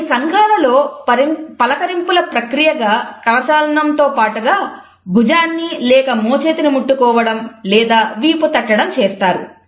కొన్ని సంఘాలలో పలకరింపుల ప్రక్రియగా కరచాలనం తో పాటుగా భుజాన్ని లేక మోచేతిని ముట్టుకోవడం లేదా వీపు తట్టడం చేస్తారు